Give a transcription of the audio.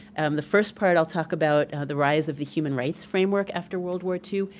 the first part i'll talk about the rise of the human rights framework after world war two,